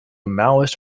maoist